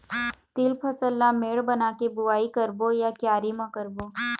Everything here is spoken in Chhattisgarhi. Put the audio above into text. तील फसल ला मेड़ बना के बुआई करबो या क्यारी म करबो?